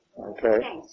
Okay